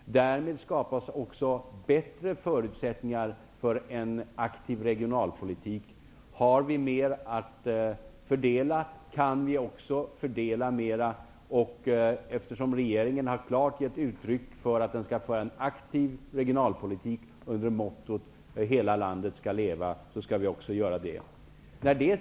Därmed skapas också bättre förutsättningar för en aktiv regionalpolitik. Om det finns mer att fördela, kan vi också fördela mera. Eftersom regeringen klart har gett uttryck för att den skall föra en aktiv regionalpolitik under mottot ''Hela landet skall leva'', skall den också göra det.